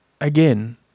again